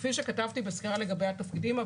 כפי שכתבתי בסקירה לגבי התפקידים,